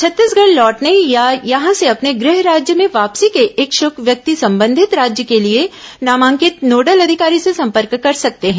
छत्तीसगढ़ लौटने या यहां से अपने गृह राज्य में वापसी के इच्छुक व्यक्ति संबंधित राज्य के लिए नामांकित नोडल अधिकारी से संपर्क कर सकते हैं